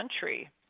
country